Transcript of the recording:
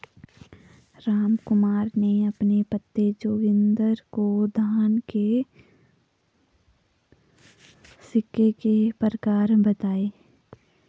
रामकुमार ने अपने पोते जोगिंदर को धन के सिक्के के प्रकार बताएं